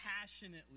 Passionately